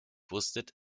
wusstet